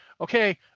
okay